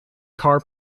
car